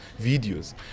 videos